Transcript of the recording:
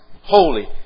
Holy